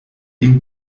ihm